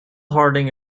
harding